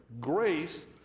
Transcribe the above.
Grace